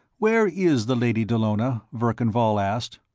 where is the lady dallona? verkan vall asked.